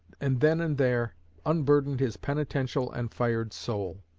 and then and there unburdened his penitential and fired soul.